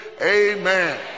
amen